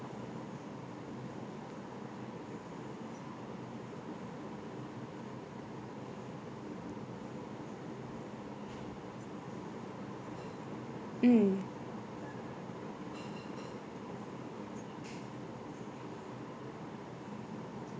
mm